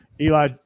Eli